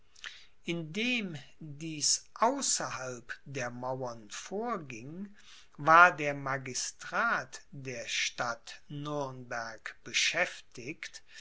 dies außerhalb der mauern vorging war der magistrat der stadt nürnberg beschäftigt